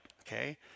okay